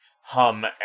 Hum